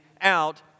out